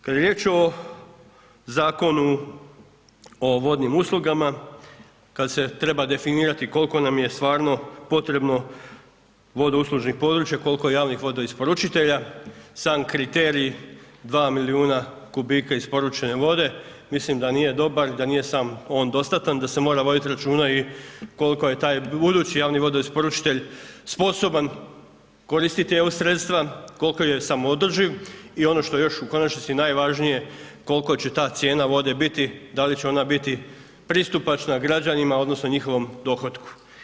Kad je riječ o Zakonu o vodnim uslugama, kad se treba definirati kol'ko nam je stvarno potrebno vodouslužnih područja, kol'ko javnih vodoisporučitelja, sam kriterij dva milijuna kubika isporučene vode, mislim da nije dobar, i da nije sam on dostatan, da se mora voditi računa i kol'ko je taj budući javni vodoisporučitelj sposoban koristiti EU sredstva, kol'ko je samoodrživ i ono što je još u konačnici najvažnije kol'ko će ta cijena vode biti, da li će ona biti pristupačna građanima odnosno njihovom dohotku.